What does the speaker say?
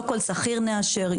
לא כל סחיר נאשר,